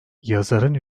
yazarın